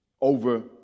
over